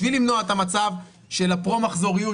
בשביל למנוע את המצב של הפרו מחזוריות,